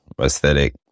aesthetic